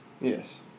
Yes